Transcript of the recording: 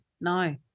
No